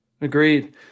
Agreed